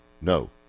no